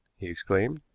he exclaimed.